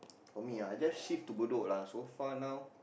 for me ah I just shift to Bedok lah so far now